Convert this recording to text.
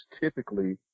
typically